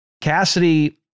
Cassidy